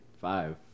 Five